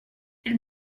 elle